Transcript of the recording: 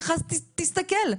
תסתכל,